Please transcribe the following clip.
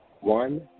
one